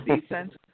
decent